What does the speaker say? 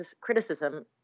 criticism